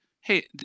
hey